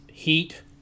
heat